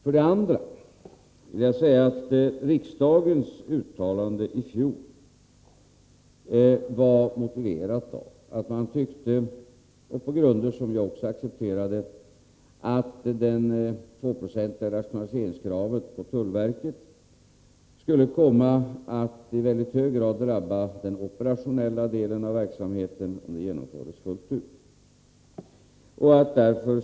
För det andra vill jag säga att riksdagens uttalande i fjol var motiverat av att man på grunder som också jag accepterade tyckte att kravet på en 2-procentig rationalisering vid tullverket skulle komma att i mycket hög grad drabba den operationella delen av verksamheten, om rationaliseringen genomfördes fullt ut.